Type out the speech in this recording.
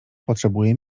potrzebuje